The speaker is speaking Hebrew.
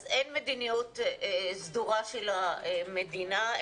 אז אין מדיניות סדורה של המדינה.